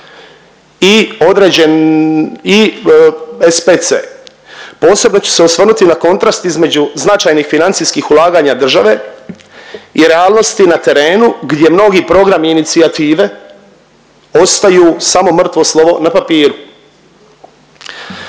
i određen i SPC. Posebno ću se osvrnuti na kontrast između značajnih financijskih ulaganja države i realnosti na terenu gdje mnogi programi i inicijative ostaju samo mrtvo slovo na papiru.